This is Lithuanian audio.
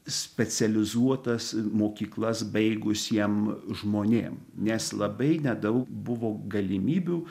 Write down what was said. specializuotas mokyklas baigusiem žmonėm nes labai nedaug buvo galimybių